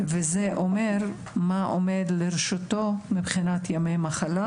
וזה אומר מה עומד לרשותו מבחינת ימי מחלה,